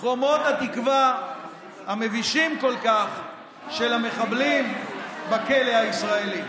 חומות התקווה המבישות כל כך של המחבלים בכלא הישראלי.